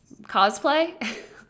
cosplay